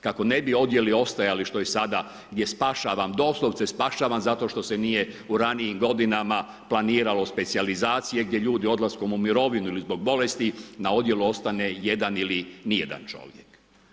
Kako ne bi ovdje ili ostajali, što je sada gdje spašavam, doslovce spašavam, zato što se nije u ranijim godinama planiralo specijalizacije gdje ljudi odlaskom u mirovinu ili zbog bolesti, na odjelu ostane jedan ili ni jedan čovjek.